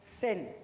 sin